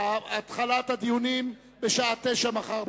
התחלת הדיונים בשעה 09:00 מחר.